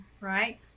right